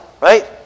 right